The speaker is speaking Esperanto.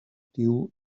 tiu